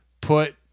Put